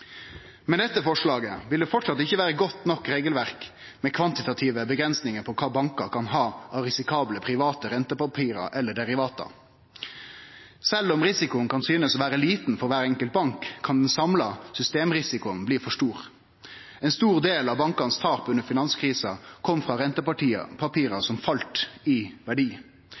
dette forslaget vil det framleis ikkje vere eit godt nok regelverk med kvantitative avgrensingar av kva bankar kan ha av risikable private rentepapir eller derivat. Sjølv om risikoen kan synast å vere liten for kvar enkelt bank, kan den samla systemrisikoen bli for stor. Ein stor del av tapa til bankane under finanskrisa kom frå rentepapira, som fall i verdi.